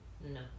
No